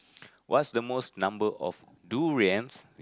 what's the most number of durian